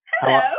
Hello